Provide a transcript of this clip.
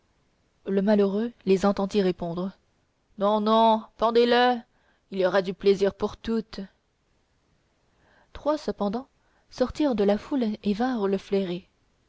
le malheureux les entendit répondre non non pendez le il y aura du plaisir pour toutes trois cependant sortirent de la foule et vinrent le flairer